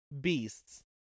Beasts